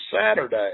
Saturday